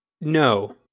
No